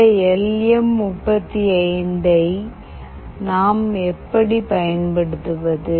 இந்த L M 35 ஐ நாம் எப்படி பயன்படுத்துவது